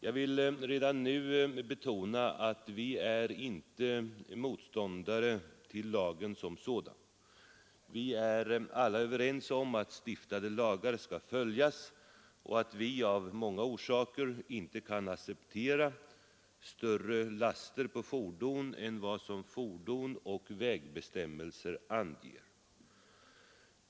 Jag vill redan nu betona att vi inte är motståndare till lagen som sådan. Vi är alla överens om att stiftade lagar skall följas och att vi av många orsaker inte kan acceptera större laster på fordon än vad som anges på fordon och i vägbestämmelser.